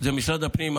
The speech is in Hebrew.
האשרות זה משרד הפנים,